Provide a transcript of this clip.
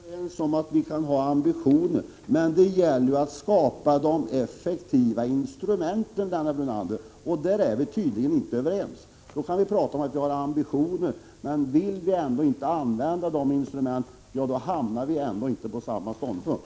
Fru talman! Vi är överens om att vi kan ha ambitioner. Men det gäller ju att skapa de effektiva instrumenten, Lennart Brunander, och där är vi tydligen inte överens. Vi kan prata om att vi har ambitioner, men om Lennart Brunander inte vill skapa de nödvändiga instrumenten hamnar vi ändå inte på samma ståndpunkt.